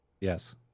Yes